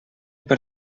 per